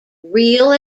real